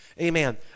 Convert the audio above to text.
amen